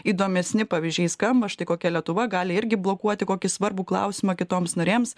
įdomesni pavyzdžiai skamba štai kokia lietuva gali irgi blokuoti kokį svarbų klausimą kitoms narėms